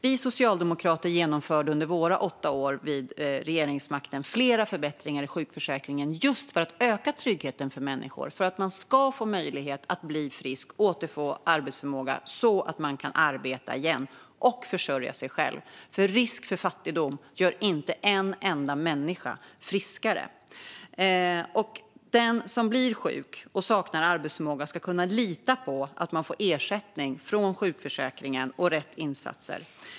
Vi socialdemokrater genomförde under våra åtta år vid regeringsmakten flera förbättringar i sjukförsäkringen just för att öka tryggheten för människor. Människor ska få möjlighet att bli friska och återfå arbetsförmåga så att de kan arbeta igen och försörja sig själva. Risk för fattigdom gör inte en enda människa friskare. Den som blir sjuk och saknar arbetsförmåga ska kunna lita på att man får ersättning från sjukförsäkringen och rätt insatser.